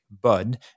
bud